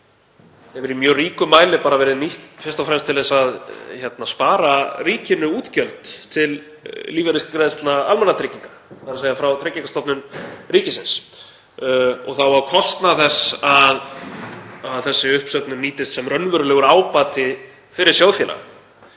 hefur í mjög ríkum mæli verið nýtt fyrst og fremst til þess að spara ríkinu útgjöld til lífeyrisgreiðslna almannatrygginga, þ.e. frá Tryggingastofnun ríkisins, og þá á kostnað þess að þessi uppsöfnun nýtist sem raunverulegur ábati fyrir sjóðfélaga.